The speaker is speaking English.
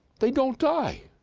they don't die!